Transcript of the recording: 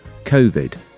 Covid